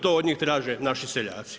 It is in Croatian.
To od njih traže naši seljaci.